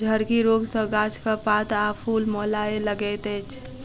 झड़की रोग सॅ गाछक पात आ फूल मौलाय लगैत अछि